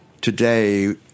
today